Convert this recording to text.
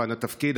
וכמובן לתפקיד,